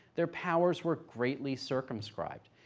their powers were greatly circumscribed,